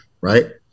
right